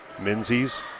Menzies